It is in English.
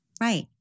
Right